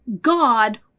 God